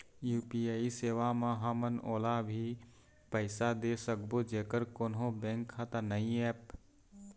UPI सेवा म हमन ओला भी पैसा दे सकबो जेकर कोन्हो बैंक खाता नई ऐप?